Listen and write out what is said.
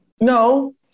No